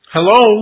Hello